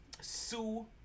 Sue